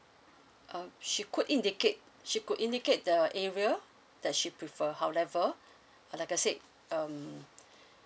uh she could indicate she could indicate the area that she prefer however uh like I said um